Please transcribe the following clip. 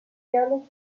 jährlich